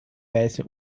weise